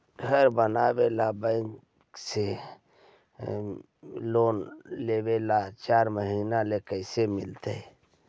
घर बनावे ल बैंक से लोन लेवे ल चाह महिना कैसे मिलतई?